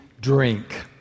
drink